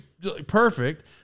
perfect